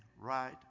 right